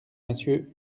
monsieur